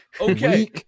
Okay